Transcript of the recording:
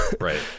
Right